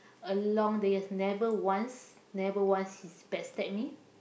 along the years never once never once she backstab me